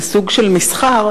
לסוג של מסחר,